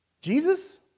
Jesus